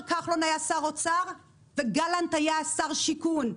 כחלון היה שר אוצר ולאנט היה שר שיכון,